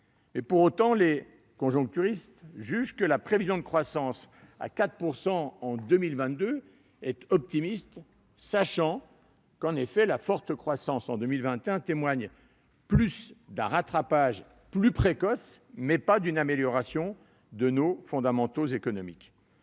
Pour autant, les conjoncturistes jugent que la prévision de croissance à 4 % en 2022 est optimiste, sachant que la forte croissance en 2021 témoigne davantage d'un rattrapage plus précoce que d'une amélioration de nos fondamentaux économiques.